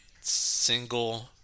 single